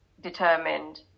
determined